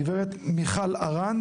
גברת מיכל ארן,